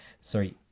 Sorry